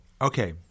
okay